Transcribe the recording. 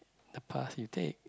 the path you take